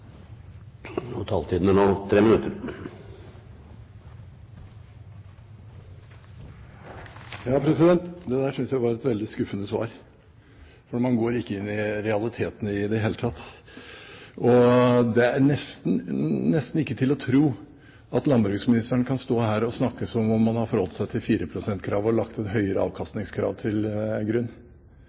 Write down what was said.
ikke inn i realitetene i det hele tatt. Og det er nesten ikke til å tro at landbruksministeren kan stå her og snakke som om man har forholdt seg til 4 pst.-kravet og lagt et høyere avkastningskrav til grunn.